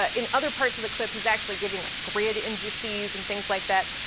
ah in other parts of the clip, he's actually giving like great indices and things like that.